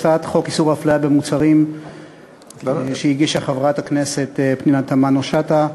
הצעת החוק שהגישה חברת הכנסת פנינה תמנו-שטה,